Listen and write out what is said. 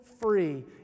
free